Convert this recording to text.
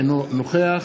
אינו נוכח